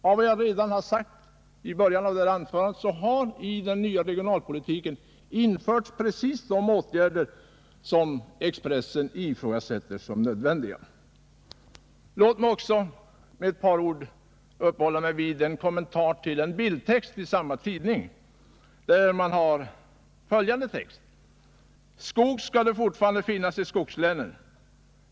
Av vad jag sade i början av mitt anförande framgår att man i den nya regionalpolitiken infört precis de åtgärder som Expressen anser vara nödvändiga. Låt mig också få kommentera en bildtext i samma ledare, där det heter: ”Skog ska det fortfarande finnas i skogslänen.